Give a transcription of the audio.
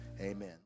amen